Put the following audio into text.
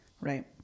right